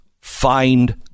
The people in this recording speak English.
find